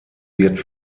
wird